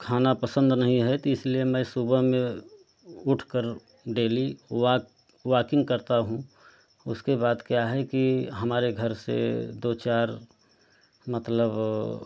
खाना पसंद नहीं है तो इसलिए मैं सुबह में उठकर डेली वाक वाकिंग करता हूँ उसके बाद क्या है कि हमारे घर से दो चार मतलब